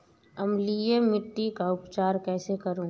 अम्लीय मिट्टी का उपचार कैसे करूँ?